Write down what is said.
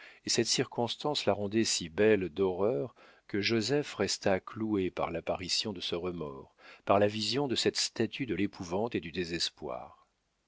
et cette circonstance la rendait si belle d'horreur que joseph resta cloué par l'apparition de ce remords par la vision de cette statue de l'épouvante et du désespoir